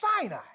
Sinai